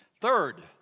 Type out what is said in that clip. Third